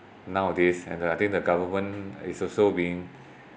nowadays and uh I think the government is also being